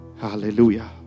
hallelujah